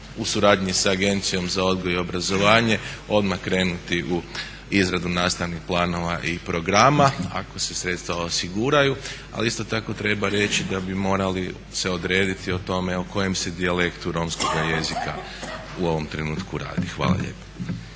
u suradnji sa Agencijom za odgoj i obrazovanje odmah krenuti u izradu nastavnih planova i programa, ako se sredstva osiguraju, ali isto tako treba reći da bi morali se odrediti o tome o kojem se dijalektu romskoga jezika u ovom trenutku radi. Hvala lijepa.